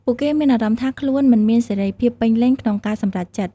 ពួកគេមានអារម្មណ៍ថាខ្លួនមិនមានសេរីភាពពេញលេញក្នុងការសម្រេចចិត្ត។